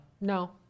No